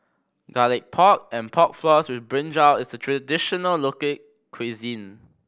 Garlic Pork and Pork Floss with brinjal is a traditional local cuisine